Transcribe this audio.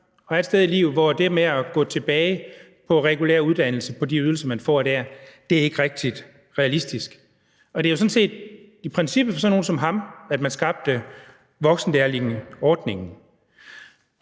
og er et sted i livet, hvor det med at gå tilbage på en regulær uddannelse på de ydelser, man får der, ikke rigtig er realistisk, og det er jo sådan set i princippet for sådan nogle som ham, man skabte voksenlærlingeordningen.